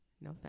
no